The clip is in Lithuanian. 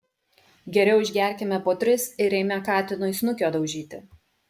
geriau išgerkime po tris ir eime katinui snukio daužyti